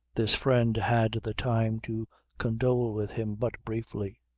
this friend had the time to condole with him but briefly.